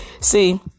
See